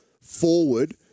forward